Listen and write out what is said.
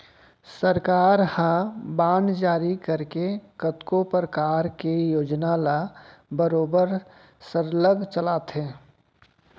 सरकार ह बांड जारी करके कतको परकार के योजना ल बरोबर सरलग चलाथे